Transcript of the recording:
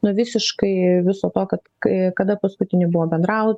nuo visiškai viso to kad kai kada paskutinį buvo bendrauta